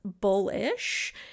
bullish